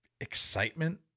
excitement